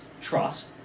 trust